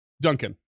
Duncan